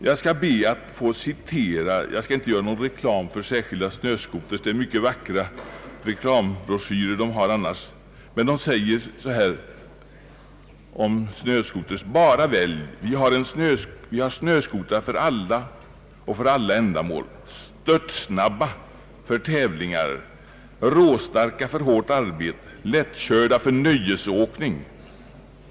Jag skall inte göra någon reklam för särskilda snöskotrar. Annars har mycket vackra reklambroschyrer givits ut. Jag citerar ur en annons: »Vi har snöskotrar för alla och alla ändamål. Störtsnabba för tävlingar. Råstarka för hårt arbete. Lättkörda för nöjesåkning.